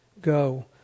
Go